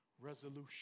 resolution